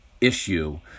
issue